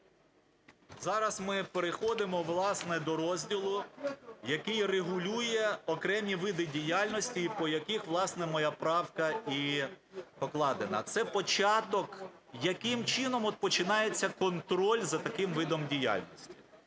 Зараз ми переходимо, власне, до розділу, який регулює окремі види діяльності і по яких, власне, моя правка і покладена. Це початок, яким чином от починається контроль за таким видом діяльності